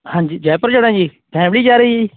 ਹਾਂਜੀ ਜੈਪੁਰ ਜਾਣਾ ਜੀ ਫੈਮਲੀ ਜਾ ਰਹੀ ਹੈ ਜੀ